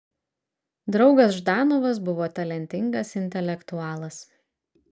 draugas ždanovas buvo talentingas intelektualas